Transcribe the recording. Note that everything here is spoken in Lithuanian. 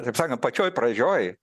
taip sakant pačioj pradžioj